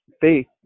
faith